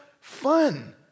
fun